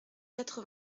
quatre